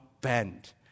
bend